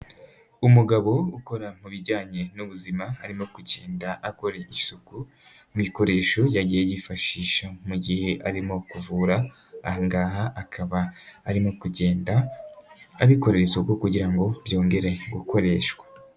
Umugabo ukora mu bijyanye n'ubuzima arimo kugenda akora isuku ibikoresho yagiye yifashisha mu gihe arimo kuvura aha ngaha, akaba arimo kugenda abikorera isoko kugira ngo byongere gukoreshwa.